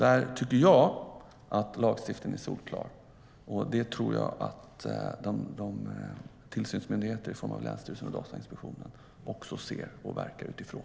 Där tycker jag alltså att lagstiftningen är solklar, och det tror jag att tillsynsmyndigheterna i form av länsstyrelser och Datainspektionen också ser och verkar utifrån.